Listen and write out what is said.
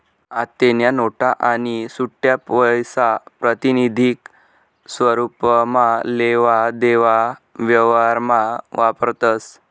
आत्तेन्या नोटा आणि सुट्टापैसा प्रातिनिधिक स्वरुपमा लेवा देवाना व्यवहारमा वापरतस